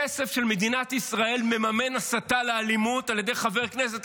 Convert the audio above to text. כסף של מדינת ישראל מממן הסתה לאלימות על ידי חבר כנסת,